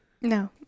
No